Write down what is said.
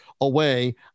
away